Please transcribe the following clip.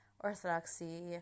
orthodoxy